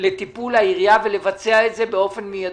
לטיפול העירייה ולבצע את זה באופן מיידי.